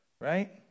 right